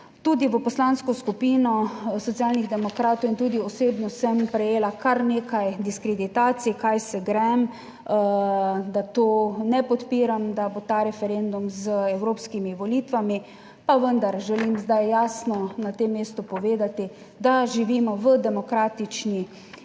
Tudi v Poslansko skupino Socialnih demokratov in tudi osebno sem prejela kar nekaj diskreditacij, kaj se grem, da to ne podpiram, da bo ta referendum z evropskimi volitvami, pa vendar želim zdaj jasno na tem mestu povedati, da živimo v demokratični